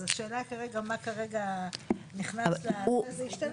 אז השאלה כרגע מה כרגע נכנס לזה, זה ישתנה.